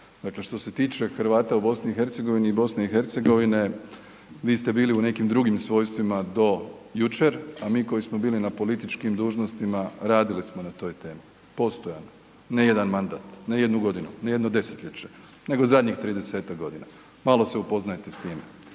što se tiče Hrvata u BiH, vi ste bili u nekim drugim svojstvima do jučer, a mi koji smo bili na političkim dužnostima radili smo na toj temi postojano, ne jedan mandat, ne jednu godinu, ne jedno desetljeće, nego zadnjih 30-tak godina, malo se upoznajte s time.